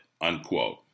Unquote